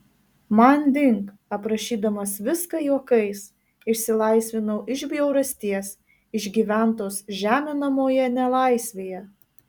manding aprašydamas viską juokais išsilaisvinau iš bjaurasties išgyventos žeminamoje nelaisvėje